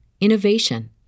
innovation